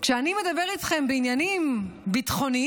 כשאני מדבר אתכם בעניינים ביטחוניים?